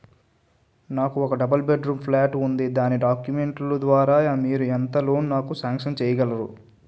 నాకు ఒక double bedroom plot ఉంది దాని డాక్యుమెంట్స్ లు ద్వారా మీరు ఎంత లోన్ నాకు సాంక్షన్ చేయగలరు?